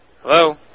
Hello